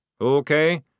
Okay